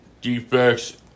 defects